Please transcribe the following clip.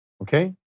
Okay